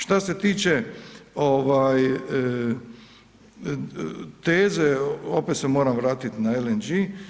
Šta se tiče teze, opet se moram vratiti na LNG.